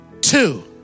two